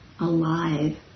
alive